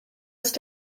ist